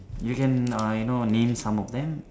you can uh you know name some of them